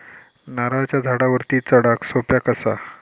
नारळाच्या झाडावरती चडाक सोप्या कसा?